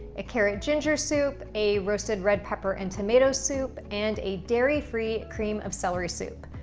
a carrot ginger soup, a roasted red pepper and tomato soup and a dairy free cream of celery soup.